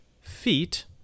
feet